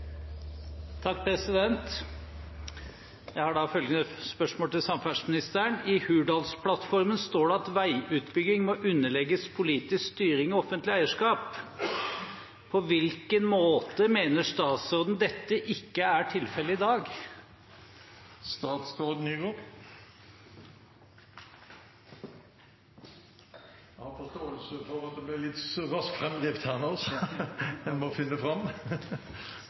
Jeg har følgende spørsmål til samferdselsministeren: «I Hurdalsplattformen står det at veiutbygging må underlegges politisk styring og offentlig eierskap. På hvilken måte mener statsråden dette ikke er tilfellet i dag?» Representantens spørsmål legger til grunn at Hurdalsplattformen sier vi ikke har politisk styring og offentlig eierskap til veiutbygging i dag. Det er en